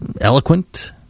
eloquent